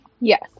Yes